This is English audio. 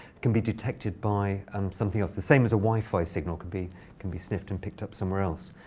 can be detected, by um something else the same as a wi-fi signal can be can be sniffed and picked up somewhere else.